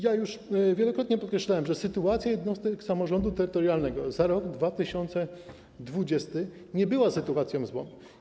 Już wielokrotnie podkreślałem, że sytuacja jednostek samorządu terytorialnego za rok 2020 nie była sytuacją złą.